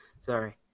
Sorry